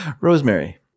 Rosemary